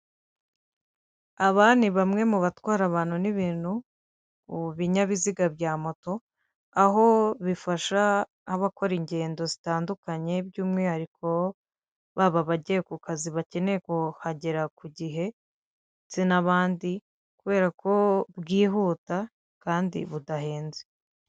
Aba ni bamwe mu batwara abantu n'ibintu mu binyabiziga bya moto, aho bifasha abakora ingendo zitandukanye by'umwihariko baba abagiye ku kazi bakeneye kuhagera ku gihe ndetse n'abandi, kubera ko bwihuta kandi budahenze.